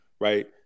right